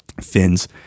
fins